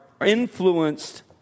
influenced